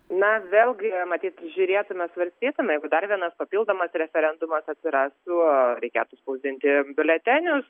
na vėlgi matyt žiūrėtume svarstysime jeigu dar vienas papildomas referendumas atsirastų reikėtų spausdinti biuletenius